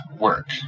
work